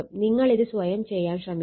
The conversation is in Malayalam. നിങ്ങളിത് സ്വയം ചെയ്യാൻ ശ്രമിക്കുക